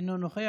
אינו נוכח.